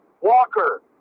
Walker